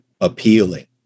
appealing